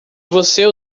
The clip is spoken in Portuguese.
você